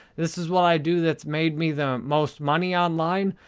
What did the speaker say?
this is what i do that's made me the most money online.